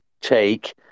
take